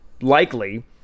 likely